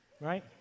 right